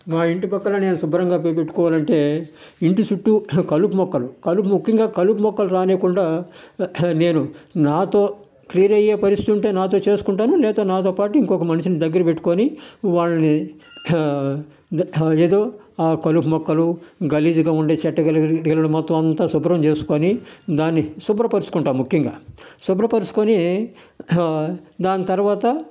మా ఇంటి పక్కన నేను శుభ్రంగా పెట్టుకోవాలంటే ఇంటి చుట్టూ కలుపు మొక్కలు కలుపు కలుపు ముఖ్యంగా కలుపు మొక్కలు రానీయకుండా నేను నాతో క్లియర్ అయ్యే పరిస్థితి ఉంటే నాతో చేసుకుంటాను లేకపోతే నాతోపాటు ఇంకొక మనిషిని దగ్గర పెట్టుకొని వాళ్ళని ఏదో కలుపు మొక్కలు గలీజ్గా ఉండే మొత్తం అంతా శుభ్రం చేసుకొని దాన్ని శుభ్రపరచుకుంటాం ముఖ్యంగా శుభ్రపరుచుకొని దాని తర్వాత